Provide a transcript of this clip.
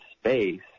space